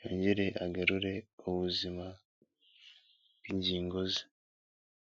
yongere agarure ubuzima bw'ingingo ze.